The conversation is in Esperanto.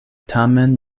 tamen